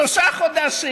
שלושה חודשים.